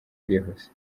bwihuse